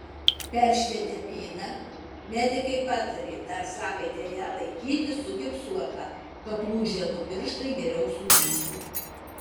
peršvietę pėdą medikai patarė dar savaitę ją laikyti sugipsuotą kad lūžę du pirštai geriau sugytų